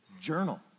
Journal